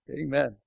Amen